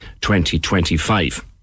2025